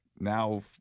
now